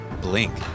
blink